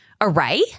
array